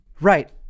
Right